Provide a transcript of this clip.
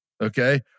okay